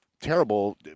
terrible